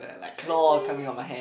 seriously